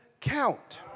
count